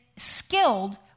skilled